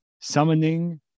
summoning